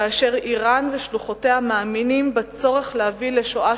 כאשר אירן ושלוחותיה מאמינות בצורך להביא לשואה